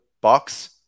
box